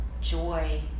joy